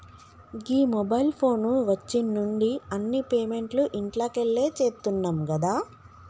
గీ mobile phone వచ్చిన్నుండి అన్ని పేమెంట్లు ఇంట్లకెళ్లే చేత్తున్నం గదా